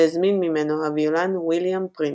שהזמין ממנו הוויולן ויליאם פרימרוז.